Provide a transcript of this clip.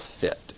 fit